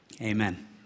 Amen